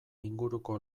inguruko